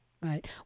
right